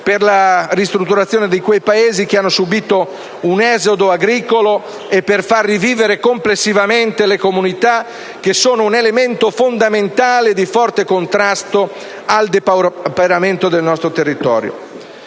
per la ristrutturazione di quei paesi che hanno subito un esodo agricolo e per far rivivere complessivamente le comunità, che sono un elemento fondamentale di forte contrasto al depauperamento del nostro territorio.